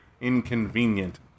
inconvenient